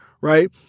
right